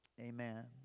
Amen